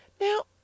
Now